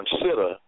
consider